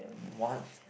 what